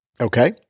Okay